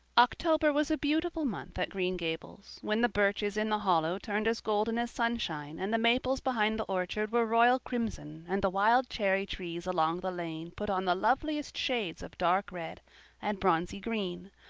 october was a beautiful month at green gables, when the birches in the hollow turned as golden as sunshine and the maples behind the orchard were royal crimson and the wild cherry trees along the lane put on the loveliest shades of dark red and bronzy green,